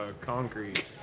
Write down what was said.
concrete